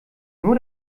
nur